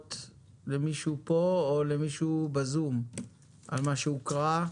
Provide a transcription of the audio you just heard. הערות למישהו פה או למישהו בזום על מה שהוקרא?